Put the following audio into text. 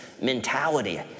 mentality